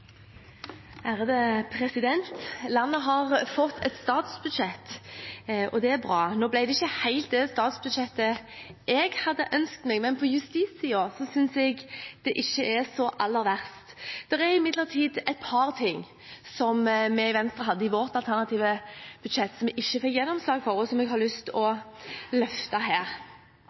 Landet har fått et statsbudsjett, og det er bra. Nå ble det ikke helt det statsbudsjettet jeg hadde ønsket meg, men på justissiden synes jeg ikke det er så aller verst. Det er imidlertid et par ting som vi i Venstre hadde i vårt alternative budsjett som vi ikke fikk gjennomslag for og, som jeg har lyst til å løfte her.